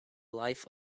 life